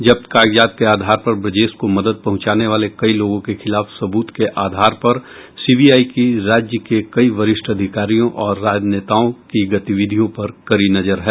जब्त कागजात के आधार पर ब्रजेश को मदद पहुंचाने वाले कई लोगों के खिलाफ सबूत के आधार पर सीबीआई की राज्य के कई वरिष्ठ अधिकारियों और नेताओं की गतिविधियों पर कड़ी नजर है